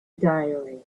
diary